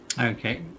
Okay